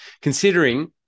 considering